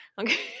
Okay